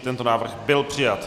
Tento návrh byl přijat.